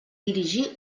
dirigí